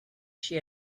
she